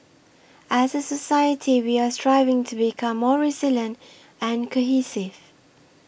as a society we are striving to become more resilient and cohesive